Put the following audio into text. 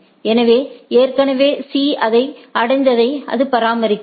எனவே ஏற்கனவே C அதை அடைந்ததை அது பராமரிக்கிறது